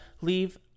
leave